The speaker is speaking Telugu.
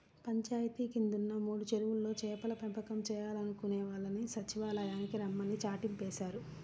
పంచాయితీ కిందున్న మూడు చెరువుల్లో చేపల పెంపకం చేయాలనుకునే వాళ్ళని సచ్చివాలయానికి రమ్మని చాటింపేశారు